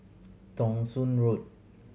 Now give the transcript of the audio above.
Thong Soon Road